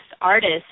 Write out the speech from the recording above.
artists